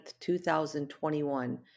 2021